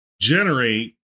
generate